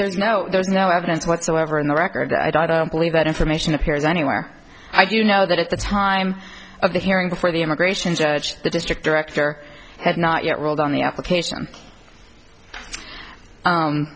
there's no there's no evidence whatsoever in the record i don't believe that information appears anywhere i do know that at the time of the hearing before the immigration judge the district director had not yet ruled on the application